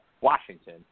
Washington